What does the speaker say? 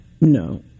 No